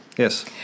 Yes